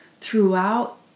throughout